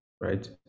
right